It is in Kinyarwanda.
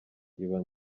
iba